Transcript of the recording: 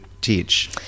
teach